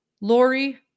Lori